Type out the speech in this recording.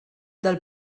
del